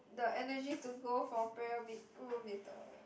the energy to go for prayer meet room later